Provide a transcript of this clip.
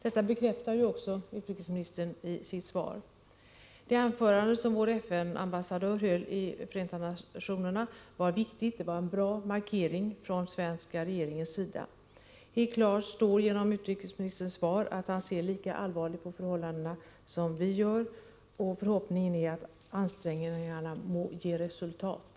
Detta bekräftar också utrikesministern i sitt svar. Det anförande som vår FN-ambassadör höll i Förenta nationerna var viktigt. Det var en bra markering från den svenska regeringens sida. Helt klart står, genom utrikesministerns svar, att denne ser lika allvarligt på förhållandena i Uganda som vi gör, och förhoppningen är att ansträngningarna må ge resultat.